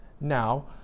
now